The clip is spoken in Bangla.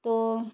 তো